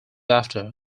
after